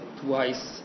twice